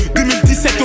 2017